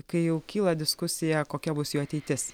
kai jau kyla diskusija kokia bus jų ateitis